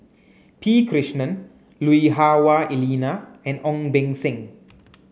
P Krishnan Lui Hah Wah Elena and Ong Beng Seng